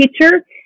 teacher